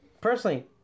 Personally